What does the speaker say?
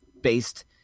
based